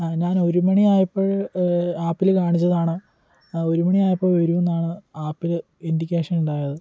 ഞാൻ ഒരു മണി ആയപ്പോൾ ആപ്പിൽ കാണിച്ചതാണ് ഒരു മണി ആയപ്പോൾ വരുമെന്നാണ് ആപ്പിൽ ഇൻ്റിക്കേഷൻ ഉണ്ടായത്